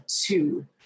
two